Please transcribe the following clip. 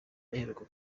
aheruka